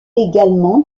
également